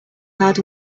hard